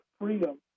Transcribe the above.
freedom